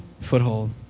Foothold